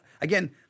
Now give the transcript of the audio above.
again